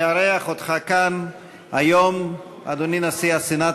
לארח אותך כאן היום, אדוני נשיא הסנאט